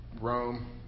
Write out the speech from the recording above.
Rome